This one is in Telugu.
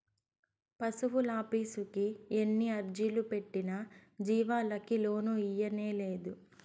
పశువులాఫీసుకి ఎన్ని అర్జీలు పెట్టినా జీవాలకి లోను ఇయ్యనేలేదు